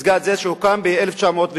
מסגד זה, שהוקם ב-1906,